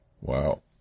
Wow